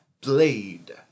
Blade